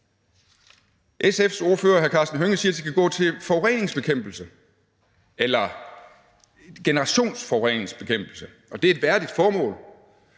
SF's ordfører, hr. Karsten Hønge, siger, at de skal gå til forureningsbekæmpelse – eller generationsforureningsbekæmpelse. Det er et værdigt formål,